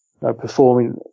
performing